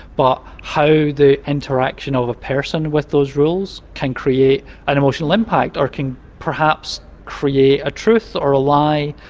but how the interaction of a person with those rules can create an emotional impact or can perhaps create a truth or a lie.